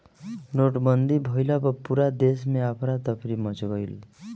नोटबंदी भइला पअ पूरा देस में अफरा तफरी मच गईल